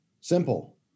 Simple